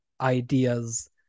ideas